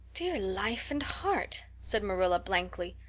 dear life and heart, said marilla blankly,